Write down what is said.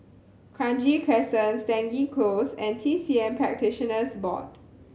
Kranji Crescent Stangee Close and T C M Practitioners Board